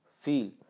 feel